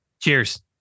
Cheers